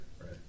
right